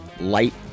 Light